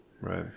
Right